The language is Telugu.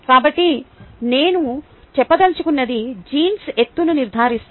కాబట్టి నేను చెప్పదలుచుకున్నది జీన్స్ ఎత్తును నిర్ధారిస్తాయి